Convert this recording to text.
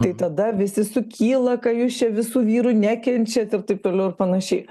tai tada visi sukyla ka jūs čia visų vyrų nekenčiat ir taip toliau ir panašiai